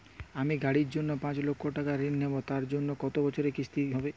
আমি গাড়ির জন্য পাঁচ লক্ষ টাকা ঋণ নেবো তার জন্য কতো বছরের কিস্তি হবে?